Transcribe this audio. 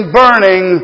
burning